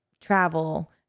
travel